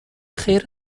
خیر